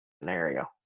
scenario